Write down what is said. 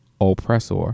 oppressor